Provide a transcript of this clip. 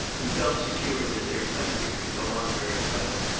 and felt secure that their country could go on very well,